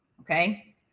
okay